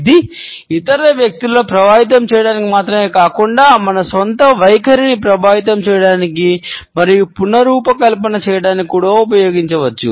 ఇది ఇతర వ్యక్తులను ప్రభావితం చేయడానికి మాత్రమే కాకుండా మన స్వంత వైఖరిని ప్రభావితం చేయడానికి మరియు పునఃరూపకల్పన చేయడానికి కూడా ఉపయోగించవచ్చు